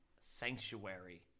Sanctuary